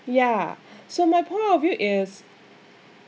ya so my point of view is